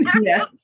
Yes